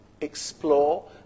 explore